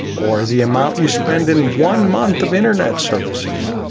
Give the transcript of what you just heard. or the amount you spend in one month of internet services?